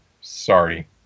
Sorry